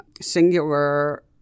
singular